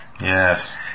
Yes